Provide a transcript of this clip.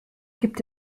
gibt